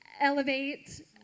Elevate